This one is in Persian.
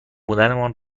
بودنمان